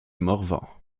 morvan